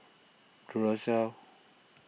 Duracell